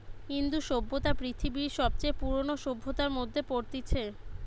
ইন্দু সভ্যতা পৃথিবীর সবচে পুরোনো সভ্যতার মধ্যে পড়তিছে